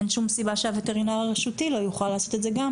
אין שום סיבה שהווטרינר הרשותי לא יוכל לעשות את זה גם